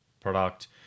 product